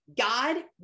God